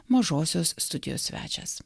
mažosios studijos svečias